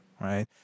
right